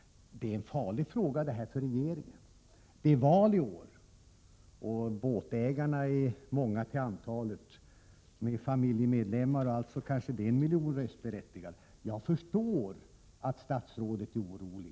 Det här är en allvarlig fråga för regeringen. Det är val i år. Båtägarna är många till antalet. Med familjemedlemmar och allt kanske det rör sig om en miljon röstberättigade. Jag förstår att statsrådet är orolig.